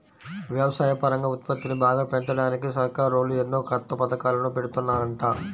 వ్యవసాయపరంగా ఉత్పత్తిని బాగా పెంచడానికి సర్కారోళ్ళు ఎన్నో కొత్త పథకాలను పెడుతున్నారంట